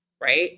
right